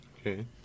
Okay